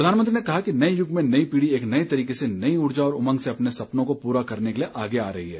प्रधानमंत्री ने कहा कि नए यूग में नई पीढी एक नए तरीके से नई ऊर्जा और उमंग से अपने सपनों को पूरा करने के लिए आगे आ रही है